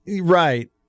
right